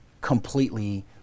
completely